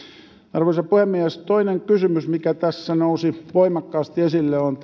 arvoisa puhemies toinen kysymys mikä tässä nousi voimakkaasti esille on